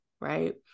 right